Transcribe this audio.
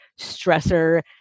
stressor